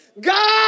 God